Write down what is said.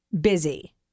busy